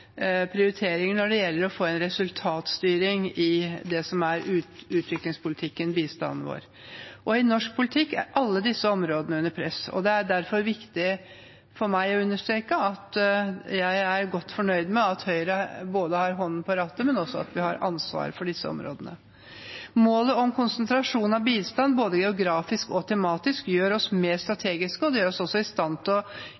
prioriteringer når det gjelder å få en resultatstyring i det som er utviklingspolitikken, bistanden vår. I norsk politikk er alle disse områdene under press. Det er derfor viktig for meg å understreke at jeg er godt fornøyd med at Høyre både har hånden på rattet, og at vi også har ansvar for disse områdene. Målet om konsentrasjon av bistand både geografisk og tematisk gjør oss mer strategiske, og det gjør oss også i stand til å